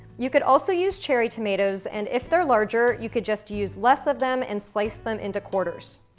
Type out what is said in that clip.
you could also use cherry tomatoes, and if they're larger, you could just use less of them, and slice them into quarters.